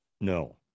No